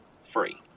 free